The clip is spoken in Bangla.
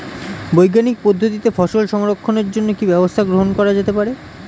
বৈজ্ঞানিক পদ্ধতিতে ফসল সংরক্ষণের জন্য কি ব্যবস্থা গ্রহণ করা যেতে পারে?